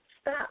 stop